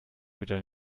wieder